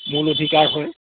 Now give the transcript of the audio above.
মূল অধিকাৰ হয়